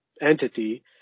entity